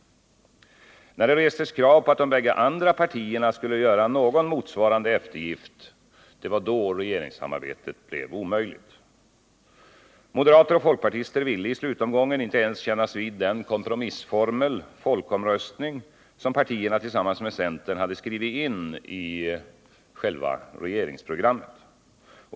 När det restes krav på att de bägge andra partierna skulle göra någon motsvarande eftergift, blev regeringssamarbetet omöjligt. Moderater och folkpartister ville i slutomgången inte ens kännas vid den kompromissformel — folkomröstning — som partierna tillsammans med centern hade skrivit in i själva regeringsprogrammet.